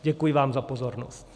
Děkuji vám za pozornost.